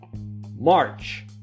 March